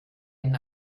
ihnen